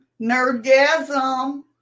Nerdgasm